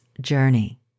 journey